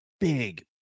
big